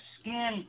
skin